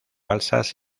balsas